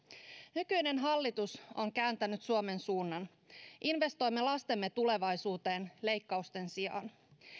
nykyinen hallitus on kääntänyt suomen suunnan investoimme lastemme tulevaisuuteen leikkausten sijaan